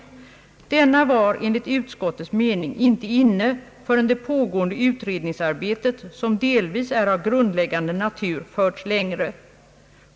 Denna var enligt utskottets mening inte inne förrän det pågående utredningsarbetet, som delvis är av grundläggande natur, förts längre.